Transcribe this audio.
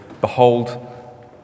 Behold